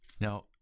Now